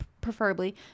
preferably